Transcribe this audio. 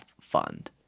fund